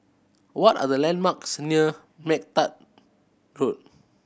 what are the landmarks near MacTaggart Road